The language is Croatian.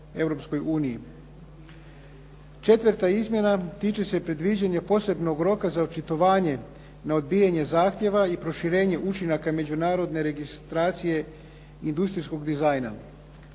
Četvrta izmjena tiče se predviđanja posebnog roka za očitovanje na odbijanje zahtjeva i proširenje učinaka međunarodne registracije industrijskog dizajna.